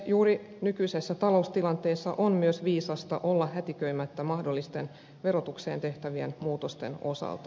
juuri nykyisessä taloustilanteessa on myös viisasta olla hätiköimättä mahdollisten verotukseen tehtävien muutosten osalta